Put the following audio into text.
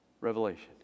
revelation